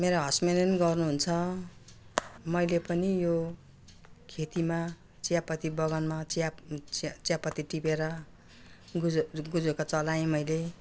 मेरो हस्ब्यान्डले पनि गर्नुहुन्छ मैले पनि यो खेतीमा चियापत्ती बगानमा चिया चियापत्ती टिपेर गुज् गुजारा चलाएँ मैले